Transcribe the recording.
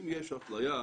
אם יש אפליה,